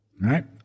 right